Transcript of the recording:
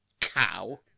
cow